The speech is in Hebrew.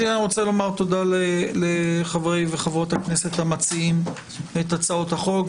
ראשית אני רוצה לומר תודה לחברי וחברות הכנסת המציעים את הצעות החוק,